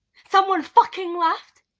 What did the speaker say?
someone fucking laughed!